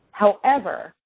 however,